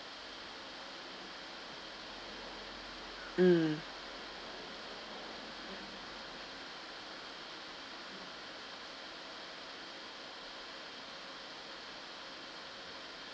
mm